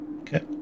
Okay